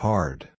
Hard